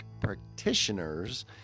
practitioners